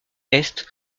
est